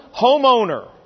homeowner